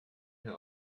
care